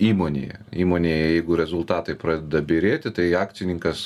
įmonėje įmonėje jeigu rezultatai pradeda byrėti tai akcininkas